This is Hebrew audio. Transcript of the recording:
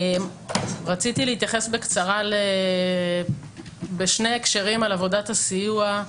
רציתי להתייחס בקצרה בשני הקשרים על עבודת הסיוע.